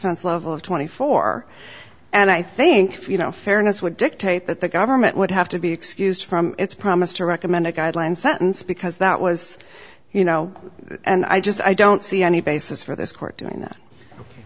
fense level of twenty four and i think you know fairness would dictate that the government would have to be excused from its promise to recommend a guideline sentence because that was you know and i just i don't see any basis for this court doing